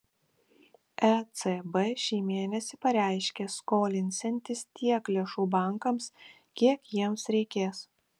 ecb šį mėnesį pareiškė skolinsiantis tiek lėšų bankams kiek jiems reikės